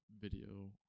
video